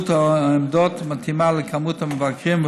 מספר העמדות מתאים למספר המבקרים,